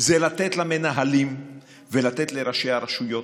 זה לתת למנהלים ולתת לראשי הרשויות,